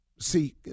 See